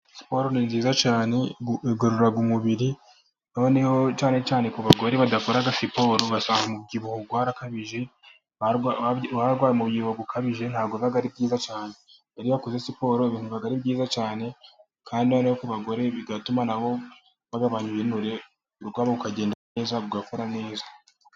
Siporo ni nziza cyane igorora umubiri , noneho cyane cyane ku bagore badakoraga siporo bagira ubyibuho ukabije , ubyiho ukabije ntabwo ari byiza yari yakoze siporo biba ari byiza cyane kandi no ku bagore bigatuma nabo bagabanya ibinure ubuzima bwabo bukagenda neza, ugakora neza.